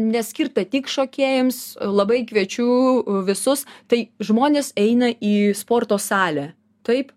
neskirta tik šokėjams labai kviečiu visus tai žmonės eina į sporto salę taip